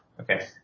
Okay